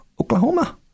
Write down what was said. Oklahoma